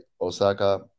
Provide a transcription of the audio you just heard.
Osaka